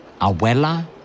Abuela